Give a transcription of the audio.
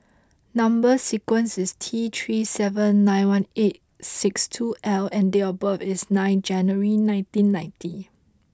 number sequence is T three seven nine one eight six two L and date of birth is nine January nineteen ninety